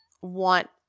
want